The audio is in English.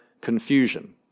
confusion